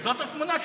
זאת התמונה שלך.